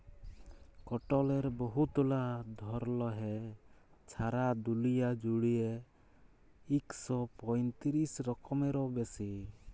কটলের বহুতলা ধরল হ্যয়, ছারা দুলিয়া জুইড়ে ইক শ পঁয়তিরিশ রকমেরও বেশি